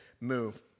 move